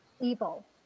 evil